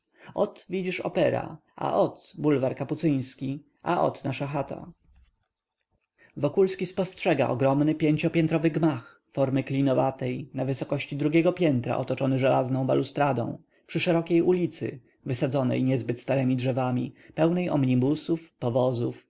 ot widzisz opera a ot bulwar kapucyński a ot nasza chata wokulski spostrzega ogromny pięciopiętrowy gmach formy klinowatej na wysokości drugiego piętra otoczony żelazną balustradą przy szerokiej ulicy wysadzonej niezbyt staremi drzewami pełnej omuibusów powozów